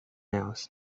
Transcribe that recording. else